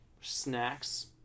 snacks